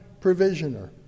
provisioner